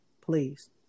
Please